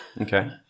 okay